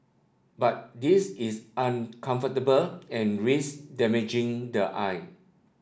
but this is uncomfortable and rise damaging the eye